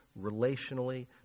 relationally